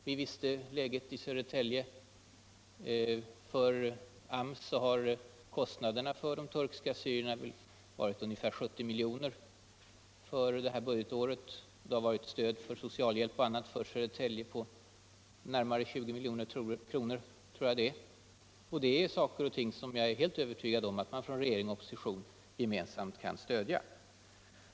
Vi känner till läget i Södertälje. För AMS blir kostnaderna för de turkiska assyrierna ungefär 70 miljoner detta budgetår. Stöd för socialhjälp och annat har uppgått till närmare 20 miljoner i Södertälje. Jag är helt övertygad om att detta är någonting som både regering och opposition kan stödja.